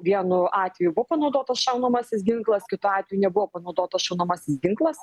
vienu atveju buvo panaudotas šaunamasis ginklas kitu atveju nebuvo panaudotas šaunamasis ginklas